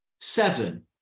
Seven